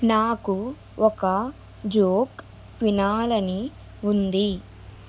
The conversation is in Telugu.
నాకు ఒక జోక్ వినాలని ఉంది